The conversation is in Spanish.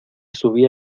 subí